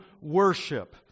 worship